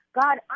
God